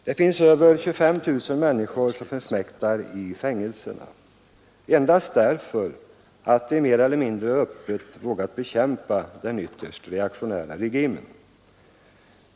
Det finns över 25 000 människor som försmäktar i fängelserna endast därför att de mer eller mindre öppet vågat bekämpa den ytterst reaktionära regimen.